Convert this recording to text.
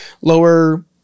lower